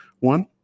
One